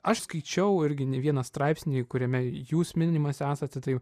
aš skaičiau irgi ne vieną straipsnį kuriame jūs minimas esate tai